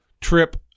trip